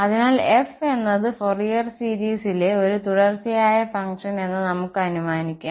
അതിനാൽ f എന്നത് Fourier സീരിസിലെ ഒരു തുടർച്ചയായ ഫങ്ക്ഷൻ എന്ന് നമുക്ക് അനുമാനിക്കാം